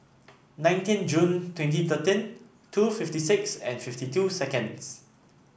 nineteen June twenty thirteen two fifty six and fifty two seconds